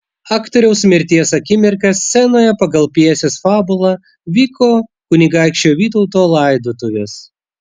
aktoriaus mirties akimirką scenoje pagal pjesės fabulą vyko kunigaikščio vytauto laidotuvės